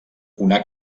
una